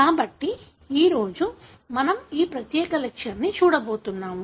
కాబట్టి ఈ రోజు మనం ఈ ప్రత్యేక లెక్చర్ ను చూడబోతున్నాము